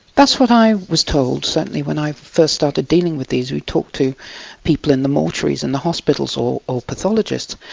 that's what i was told, certainly, when i first started dealing with these, we talked to people in the mortuaries and the hospitals or or pathologists,